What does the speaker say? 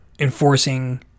Enforcing